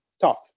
tough